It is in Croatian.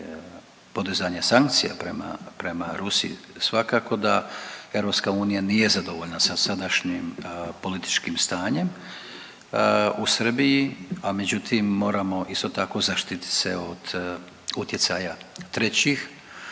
podizanja sankcija prema Rusiji svakako da EU nije zadovoljna sa sadašnjim političkim stanjem u Srbiji. A međutim, moramo isto tako zaštititi se od utjecaja trećih